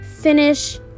finish